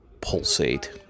pulsate